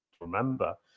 remember